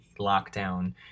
lockdown